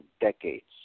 decades